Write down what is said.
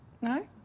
No